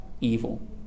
evil